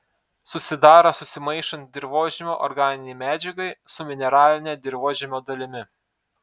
susidaro susimaišant dirvožemio organinei medžiagai su mineraline dirvožemio dalimi